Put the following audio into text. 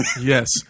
Yes